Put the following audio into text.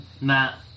Matt